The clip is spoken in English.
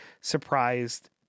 surprised